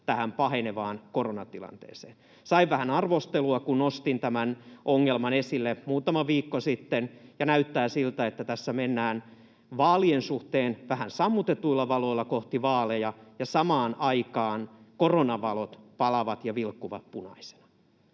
tähän pahenevaan koronatilanteeseen. Sain vähän arvostelua, kun nostin tämän ongelman esille muutama viikko sitten, ja näyttää siltä, että tässä mennään vaalien suhteen vähän sammutetuilla valoilla kohti vaaleja ja samaan aikaan koronavalot palavat ja vilkkuvat punaisina.